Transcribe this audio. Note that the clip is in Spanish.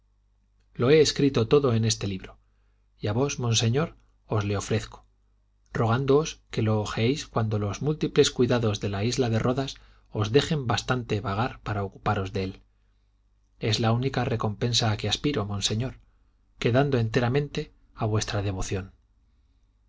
lo he escrito todo en este libro y a vos monseñor os le ofrezco rogándoos que lo hojeéis cuando los múltiples cuidados de la isla de rodas os dejen bastante vagar para ocuparos de él es la única recompensa a que aspiro monseñor quedando enteramente a vuestra devoción